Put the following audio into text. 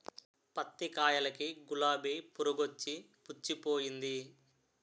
పత్తి కాయలకి గులాబి పురుగొచ్చి పుచ్చిపోయింది